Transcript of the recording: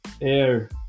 air